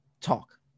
talk